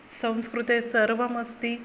संस्कृते सर्वमस्ति